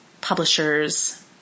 publishers